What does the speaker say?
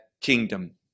kingdom